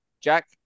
Jack